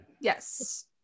yes